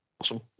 Awesome